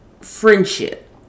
friendship